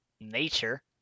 nature